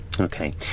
okay